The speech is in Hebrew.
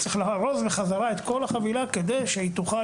צריך לארוז בחזרה את כל החבילה כדי שהיא תוכל